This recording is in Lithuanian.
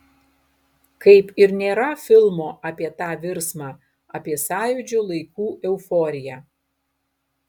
kaip ir nėra filmo apie tą virsmą apie sąjūdžio laikų euforiją